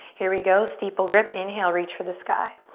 here we go, steeple grip. inhale, reach for the sky.